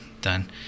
done